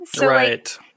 Right